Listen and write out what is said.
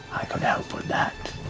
i could help with that,